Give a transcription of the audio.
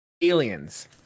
Aliens